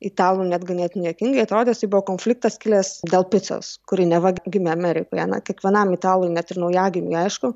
italų net ganėtinai juokingai atrodys tai buvo konfliktas kilęs dėl picos kuri neva gimė amerikoje na kiekvienam italui net ir naujagimiui aišku